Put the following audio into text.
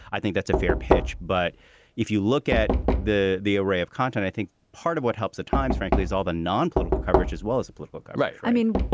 i think that's a fair pitch. but if you look at the the array of content, i think part of what helps the times, frankly, is all the nonpolitical coverage as well as a political right. i mean,